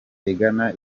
igana